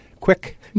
quick